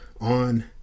on